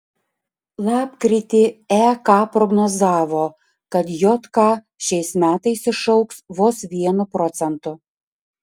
lapkritį ek prognozavo kad jk šiais metais išaugs vos vienu procentu